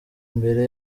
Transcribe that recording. mbere